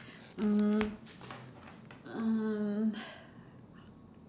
uh um